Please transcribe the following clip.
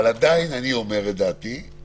עדיין דעתי היא